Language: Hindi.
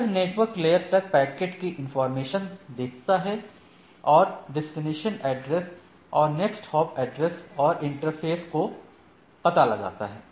यह नेटवर्क लेयर तक पैकेट की इंफॉर्मेशन देखता है और डेस्टिनेशन एड्रेस और नेक्स्ट हॉप एड्रेस और इंटरफेस को पता करता है